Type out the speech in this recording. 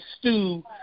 stew